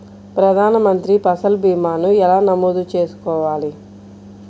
ప్రధాన మంత్రి పసల్ భీమాను ఎలా నమోదు చేసుకోవాలి?